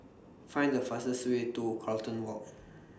Find The fastest Way to Carlton Walk